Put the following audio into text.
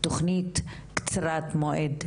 תכנית קצרת מועד,